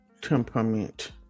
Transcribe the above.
temperament